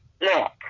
Look